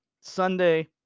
Sunday